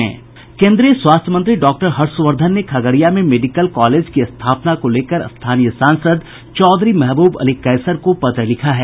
केन्द्रीय स्वास्थ्य मंत्री डॉक्टर हर्षवर्धन ने खगड़िया में मेडिकल कॉलेज के स्थापना को लेकर स्थानीय सांसद चौधरी महबूब अली कैसर को पत्र लिखा है